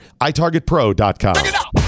iTargetPro.com